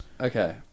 okay